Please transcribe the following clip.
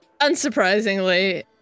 unsurprisingly